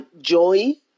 joy